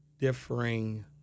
differing